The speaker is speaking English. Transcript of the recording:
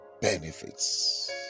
benefits